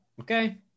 Okay